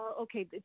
Okay